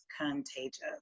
contagious